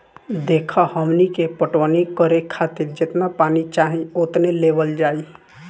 देखऽ हमनी के पटवनी करे खातिर जेतना पानी चाही ओतने लेवल जाई